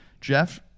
Jeff